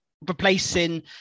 replacing